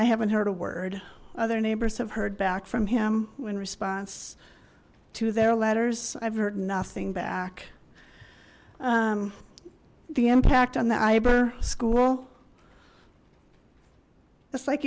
i haven't heard a word other neighbors have heard back from him in response to their letters i've heard nothing back the impact on the aber school it's like